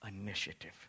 initiative